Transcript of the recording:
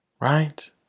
right